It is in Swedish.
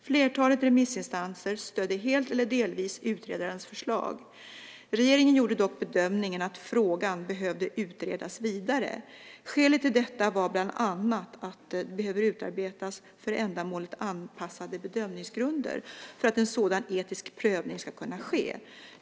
Flertalet remissinstanser stödde helt eller delvis utredarens förslag. Regeringen gjorde dock bedömningen att frågan behövde utredas vidare. Skälet till detta var bland annat att det behöver utarbetas för ändamålet anpassade bedömningsgrunder för att en sådan etisk prövning ska kunna ske.